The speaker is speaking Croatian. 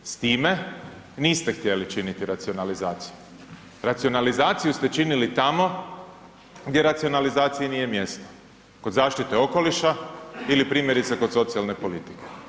S time niste htjeli činiti racionalizaciju, racionalizaciju ste činili tamo gdje racionalizaciji nije mjesto, kod zaštite okoliša ili primjerice kod socijalne politike.